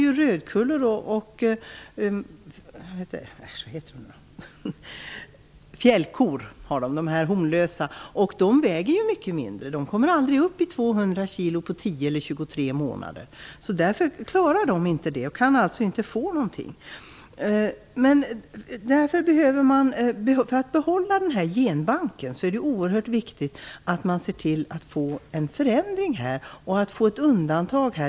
De har rödkullor och hornlösa fjällkor, och de djuren väger mycket mindre. De kommer aldrig upp i 200 kg på 10 eller 23 månader. De klarar inte det, och fäbodbrukarna kan alltså inte få någonting. För att behålla genbanken är det oerhört viktigt att man ser till att få en förändring och att få ett undantag.